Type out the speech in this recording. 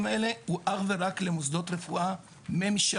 האלה הוא אך ורק למוסדות רפואה ממשלתיים.